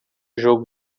jogo